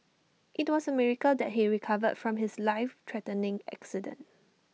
IT was A miracle that he recovered from his life threatening accident